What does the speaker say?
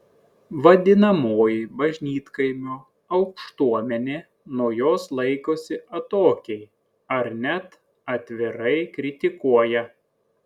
vadinamoji bažnytkaimio aukštuomenė nuo jos laikosi atokiai ar net atvirai kritikuoja